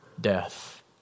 Death